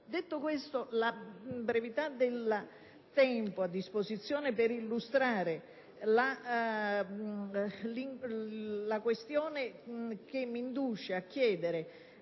Detto questo, vista la brevità del tempo a disposizione, passo ad illustrare la questione che mi induce a chiedere